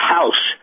House